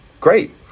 great